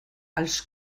als